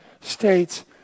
states